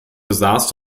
besaß